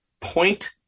point